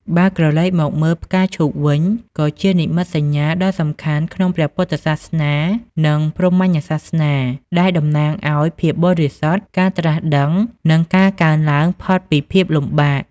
បើក្រឡេកមកមើលផ្កាឈូកវិញ ក៏ជានិមិត្តសញ្ញាដ៏សំខាន់ក្នុងព្រះពុទ្ធសាសនា និងព្រហ្មញ្ញសាសនា ដែលតំណាងឱ្យ ភាពបរិសុទ្ធ ការត្រាស់ដឹង និងការកើនឡើងផុតពីភាពលំបាក ។